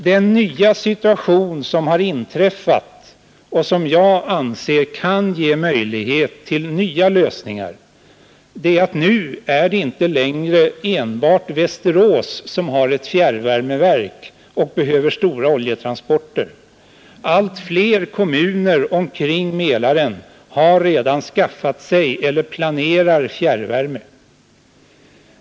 Den nya situation som har inträtt och som jag anser kan ge möjlighet till nya lösningar är att det nu inte längre är enbart Västerås som har ett fjärrvärmeverk och därmed behöver stora oljetransporter. Allt fler kommuner omkring Mälaren har redan skaffat eller planerar fjärrvärmeverk.